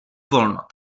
volno